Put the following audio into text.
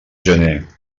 gener